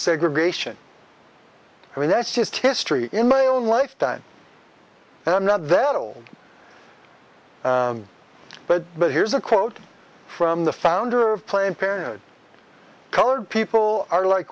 segregation i mean that's just history in my own lifetime and i'm not that old but but here's a quote from the founder of planned parenthood colored people are like